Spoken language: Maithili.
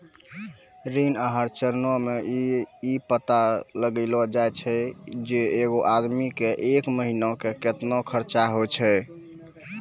ऋण आहार चरणो मे इ पता लगैलो जाय छै जे एगो आदमी के एक महिना मे केतना खर्चा होय छै